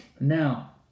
Now